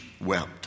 wept